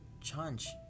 chance